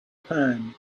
pan